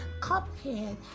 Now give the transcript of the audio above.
Cuphead